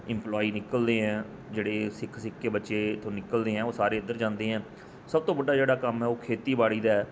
ਜਿਹੜੇ ਇੰਪਲੋਏ ਨਿਕਲਦੇ ਆ ਜਿਹੜੇ ਸਿੱਖ ਸਿੱਖ ਕੇ ਬੱਚੇ ਇੱਥੋਂ ਨਿਕਲਦੇ ਆ ਉਹ ਸਾਰੇ ਇੱਧਰ ਜਾਂਦੇ ਆ ਸਭ ਤੋਂ ਵੱਡਾ ਜਿਹੜਾ ਕੰਮ ਹੈ ਉਹ ਖੇਤੀਬਾੜੀ ਦਾ ਹੈ